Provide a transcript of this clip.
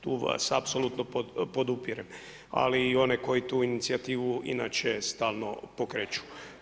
Tu vas apsolutno podupirem, ali i one koji tu inicijativu inače stalno pokreću.